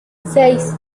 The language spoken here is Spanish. seis